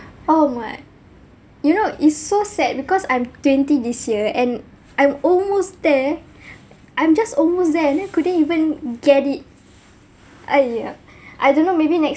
oh my you know it's so sad because I'm twenty this year and I'm almost there I'm just almost there and then couldn't even get it !aiya! I don't know maybe next